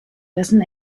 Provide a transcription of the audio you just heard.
dessen